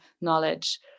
knowledge